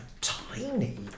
tiny